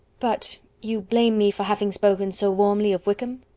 but you blame me for having spoken so warmly of wickham?